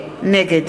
נגד